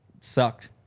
sucked